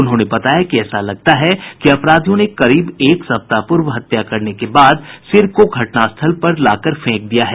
उन्होंने बताया कि ऐसा लगता है कि अपराधियों ने करीब एक सप्ताह पूर्व हत्या करने के बाद सिर को घटनास्थल पर लाकर फेंक दिया है